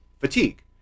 fatigue